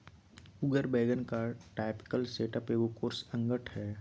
उगर वैगन का typical setup एगो कोर्स अंगठ हइ